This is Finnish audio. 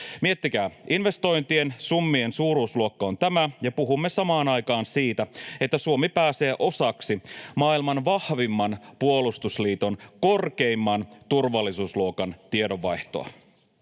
Miettikää, investointien summien suuruusluokka on tämä, ja puhumme samaan aikaan siitä, että Suomi pääsee osaksi maailman vahvimman puolustusliiton korkeimman turvallisuusluokan tiedonvaihtoa.